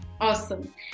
Awesome